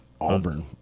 Auburn